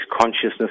consciousness